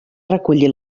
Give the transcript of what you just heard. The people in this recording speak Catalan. reculli